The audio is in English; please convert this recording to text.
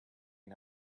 can